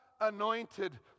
anointed